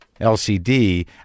LCD